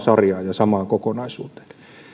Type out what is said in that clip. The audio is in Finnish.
samaan kokonaisuuteen